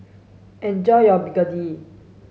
enjoy your Begedil